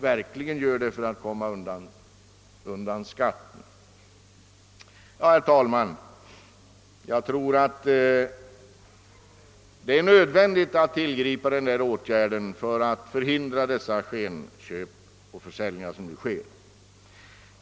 Jag tror, herr talman, att det är nödvändigt att tillgripa denna åtgärd för att förhindra de skenförsäljningar som nu sker.